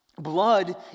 Blood